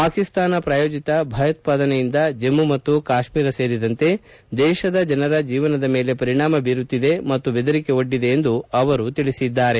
ಪಾಕಿಸ್ತಾನ ಪ್ರಾಯೋಜಿತ ಭಯೋತ್ತಾದನೆಯಿಂದ ಜಮ್ಗು ಮತ್ತು ಕಾಶ್ಲೀರ ಸೇರಿದಂತೆ ದೇಶದ ಜನರ ಜೀವನದ ಮೇಲೆ ಪರಿಣಾಮ ಬೀರುತ್ತಿದೆ ಮತ್ತು ಬೆದರಿಕೆ ಒಡ್ಡಿದೆ ಎಂದು ಅವರು ತಿಳಿಸಿದ್ದಾರೆ